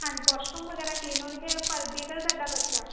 ਹਾਂਜੀ ਵੋਸ਼ਰੂਮ ਵਗੈਰਾ ਕਲੀਨ ਹੋਣਗੇ ਪਰ ਜੇਕਰ ਤੁਹਾਡਾ ਬੱਚਾ